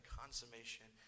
consummation